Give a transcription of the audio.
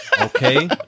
Okay